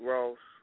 Ross